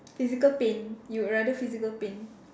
physical pain you would rather physical pain